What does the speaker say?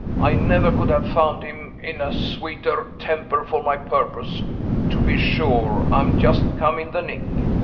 i never could have found him in a sweeter temper for my purpose to be sure i'm just come in the nick!